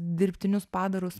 dirbtinius padarus